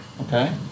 Okay